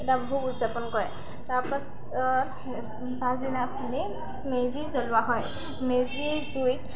এটা বিহু উদযাপন কৰে তাৰপাছত পছদিনাখনি মেজি জ্বলোৱা হয় মেজি জুইত